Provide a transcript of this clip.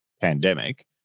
pandemic